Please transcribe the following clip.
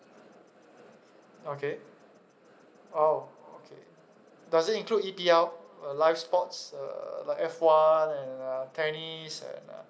okay oh okay does it include E_P_L uh live sports uh like F one and uh tennis and uh